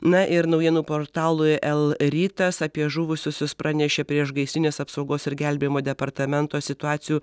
na ir naujienų portalui l rytas apie žuvusiuosius pranešė priešgaisrinės apsaugos ir gelbėjimo departamento situacijų